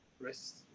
rest